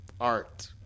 art